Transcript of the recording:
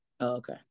Okay